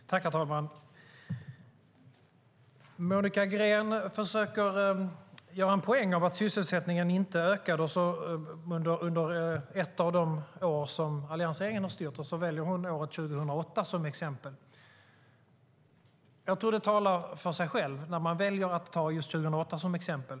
Herr talman! Monica Green försöker att göra en poäng av att sysselsättningen inte ökade under ett av de år som alliansregeringen har styrt, och så väljer hon året 2008 som exempel. Det talar för sig själv när man väljer att ta just 2008 som exempel.